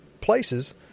places